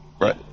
Right